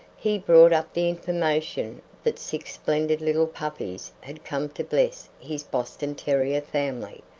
he brought up the information that six splendid little puppies had come to bless his boston terrier family,